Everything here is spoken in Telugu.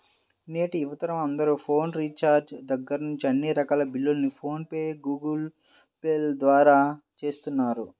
నేటి యువతరం అందరూ ఫోన్ రీఛార్జి దగ్గర్నుంచి అన్ని రకాల బిల్లుల్ని ఫోన్ పే, గూగుల్ పే ల ద్వారానే చేస్తున్నారు